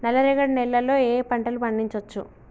నల్లరేగడి నేల లో ఏ ఏ పంట లు పండించచ్చు?